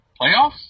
playoffs